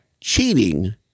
cheating